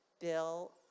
Bill